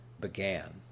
began